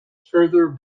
further